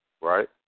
right